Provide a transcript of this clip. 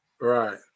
right